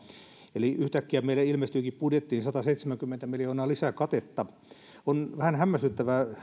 eli yhtäkkiä meille ilmestyikin budjettiin sataseitsemänkymmentä miljoonaa lisää katetta on vähän hämmästyttävää